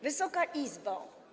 Wysoka Izbo!